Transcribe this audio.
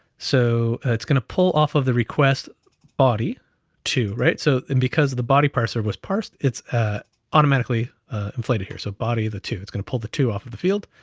so it's gonna pull off of the request body too right? so, and because of the body was parsed, it's ah automatically inflated here. so body the two, it's gonna pull the two off of the field,